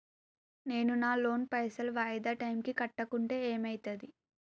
నేను నా లోన్ పైసల్ వాయిదా టైం కి కట్టకుంటే ఏమైతది?